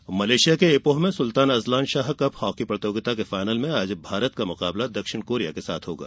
hockey Malaysia के Ipoh में Sultan Azlan Shah hockey प्रतियोगिता के फाइनल में आज भारत का मुकाबला दक्षिण कोरिया से होगा